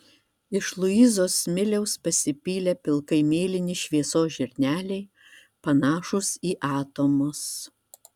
iš luizos smiliaus pasipylę pilkai mėlyni šviesos žirneliai panašūs į atomus